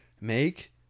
make